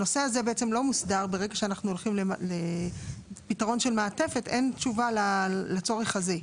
ברגע שאנחנו הולכים לפתרון של מעטפת אין תשובה לצורך הזה.